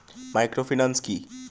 Microfinance কি?